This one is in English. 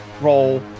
roll